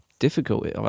Difficult